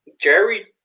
Jerry